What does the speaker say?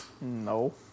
No